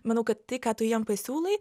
manau kad tai ką tu jiem pasiūlai